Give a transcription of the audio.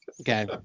Okay